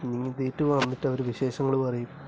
നീന്തിയിട്ട് വന്നിട്ട് അവര് വിശേഷങ്ങള് പറയും